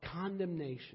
condemnation